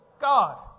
God